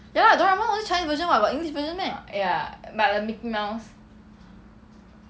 ya lah doraemon only chinese version [what] got english version meh